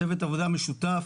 צוות עבודה משותף,